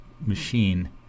machine